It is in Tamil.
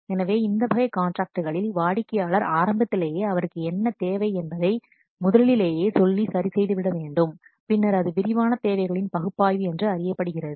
எனவே இந்த வகை காண்ட்ராக்ட்களில் வாடிக்கையாளர் ஆரம்பத்திலேயே அவருக்கு என்ன தேவை என்பதை முதலிலேயே சொல்லி சரிசெய்துவிட வேண்டும் பின்னர் அது விரிவான தேவைகளின் பகுப்பாய்வு என்று அறியப்படுகிறது